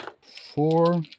four